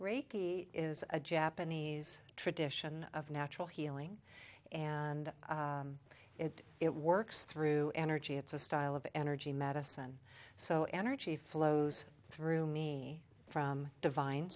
reiki is a japanese tradition of natural healing and it it works through energy it's a style of energy medicine so energy flows through me from divine